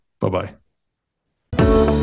Bye-bye